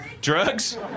drugs